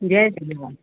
Jay Jhulelal